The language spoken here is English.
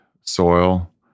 soil